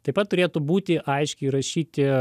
taip pat turėtų būti aiškiai įrašyti